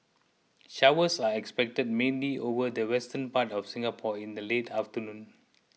showers are expected mainly over the western part of Singapore in the late afternoon